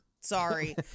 sorry